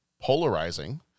polarizing